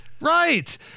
Right